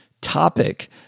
topic